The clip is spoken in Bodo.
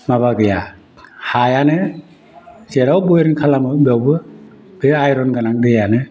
माबा गैया हायानो जेराव बरिं खालामो बेयावबो बे आयरन गोनां दैयानो